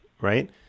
right